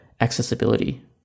accessibility